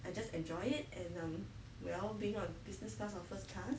I just enjoy it and um well being on business class or first class